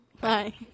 Bye